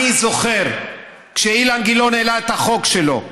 אני זוכר, כשאילן גילאון העלה את החוק שלו,